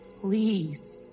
Please